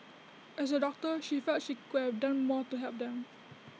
as A doctor she felt she could have done more to help them